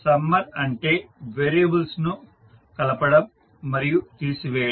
summer అంటే variables ను కలపడం మరియు తీసివేయడం